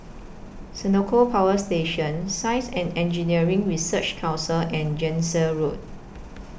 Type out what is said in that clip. Senoko Power Station Science and Engineering Research Council and Jansen Road